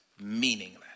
meaningless